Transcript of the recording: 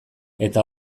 eta